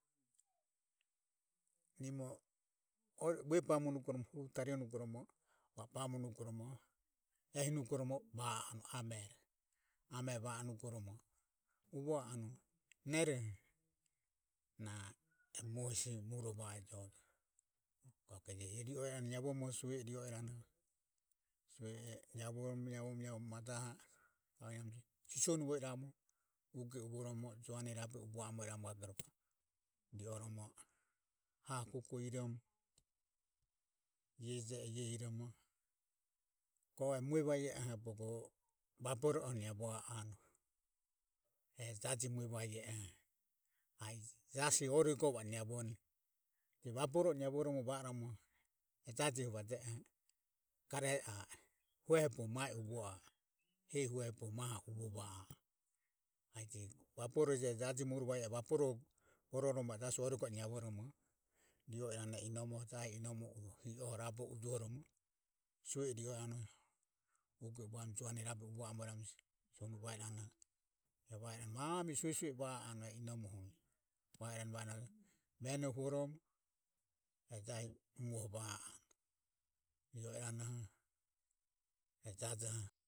Nimo o vue bamoromo huruvo tario nugoromo ehi nugoromo va anue amero, amero va o nugoromo uvo anue neroho na e mue hesi muro va e jojo. ok je ri o iranoho naivoromo sue e rio iranoho sue e naivo romo majaho sisonuvo iramu uge uvoromo jaune rabe uvo amo iramu rioromo hae kuke iromo iae je oho iae iromo go e mue va e oho bogo vaboro oho naivo anue e jaje mue va e o. a i Jasi ore go va o naivone je vaboro o naivoromo va oromo e jajoho vaje oho gare a e. Hueho bogo mae uvo a e hehi hueho bogo mae uvo va a e i e je e jajo mure va e oho vaboroho bo gororomo jasi va o ore go navoromo ri o iranoho inomoho jahi inomoho hi oho raboho ujohoromo sue e ri o iranoho he anue jaune rabe uvo iramu siso nu e va iranoho e va iranoho mami e sue sue e va anue e inomoho va iranoho va iranoho venoho huromo e jahi muoho vae anue ri o iranoho e jajoho.